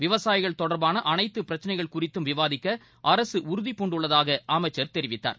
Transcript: விவசாயிகள் தொடர்பான அனைத்து பிரச்சனைகள் குறித்தும் விவாதிக்க அரசு உறுதிபூண்டுள்ளதாக அமைச்சர் தெரிவித்தார்